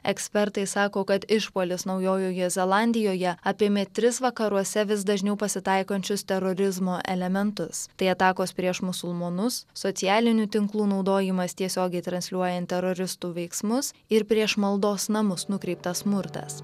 ekspertai sako kad išpuolis naujojoje zelandijoje apėmė tris vakaruose vis dažniau pasitaikančius terorizmo elementus tai atakos prieš musulmonus socialinių tinklų naudojimas tiesiogiai transliuojant teroristų veiksmus ir prieš maldos namus nukreiptas smurtas